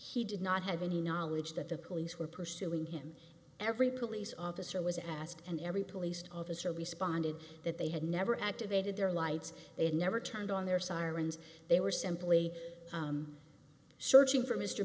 he did not have any knowledge that the police were pursuing him every police officer was asked and every police officer responded that they had never activated their lights they never turned on their sirens they were simply searching for mr